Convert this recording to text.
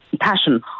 passion